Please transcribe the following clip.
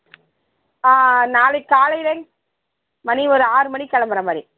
நாளைக்கு காலையில மணி ஒரு ஆறு மணிக்கு கிளம்புறமாரி